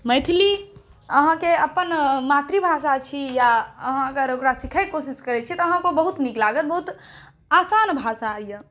मैथिली अहाँके अपन मातृभाषा छी आ अहाँ अगर ओकरा सीखयक कोशिश करय छिय तऽ अहाँके ओ बहुत नीक लागत बहुत आसान भाषा यऽ